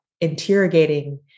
interrogating